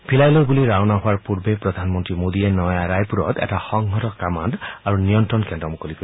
ভিলাইলৈ বুলি ৰাওনা হোৱাৰ পূৰ্বে প্ৰধানমন্ত্ৰী মোডীয়ে নয়া ৰায়পুৰত এটা সংহত কামাণ্ড আৰু নিয়ন্ত্ৰণ কেন্দ্ৰ মুকলি কৰিব